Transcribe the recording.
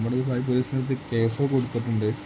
നമ്മൾ ഈ കേസോ കൊടുത്തിട്ടുണ്ട്